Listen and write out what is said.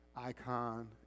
icon